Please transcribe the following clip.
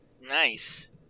Nice